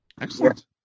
Excellent